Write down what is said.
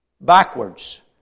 backwards